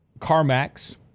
CarMax